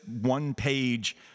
one-page